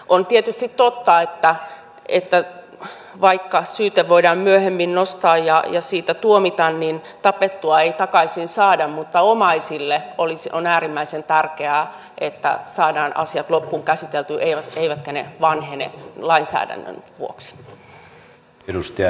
on tietysti totta että vaikka syyte voidaan myöhemmin nostaa ja siitä tuomita niin tapettua ei takaisin saada mutta omaisille on äärimmäisen tärkeää että saadaan asiat loppuun käsiteltyä eivätkä ne vanhene lainsäädännön vuoksi